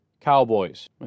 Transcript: Cowboys